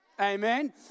Amen